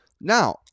Now